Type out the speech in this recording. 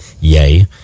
Yay